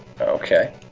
Okay